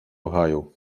ohio